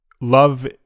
love